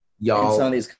y'all